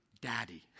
Daddy